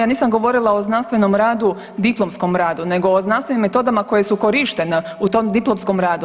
Ja nisam govorila o znanstvenom radu diplomskom radu, nego o znanstvenim metodama koje su korištene u tom diplomskom radu.